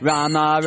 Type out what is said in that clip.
Rama